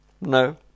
No